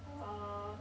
uh